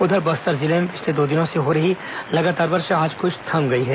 उधर बस्तर जिले में पिछले दो दिनों से हो रही लगातार वर्षा आज कृछ थम गई है